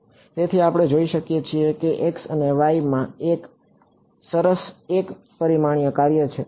તેથી આપણે જોઈ શકીએ છીએ કે x અને y માં આ એક સરસ એક પરિમાણીય કાર્ય છે